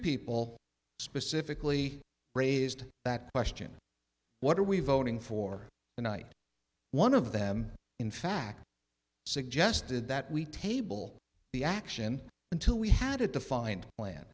people specifically raised that question what are we voting for the night one of them in fact suggested that we table the action until we had a defined plan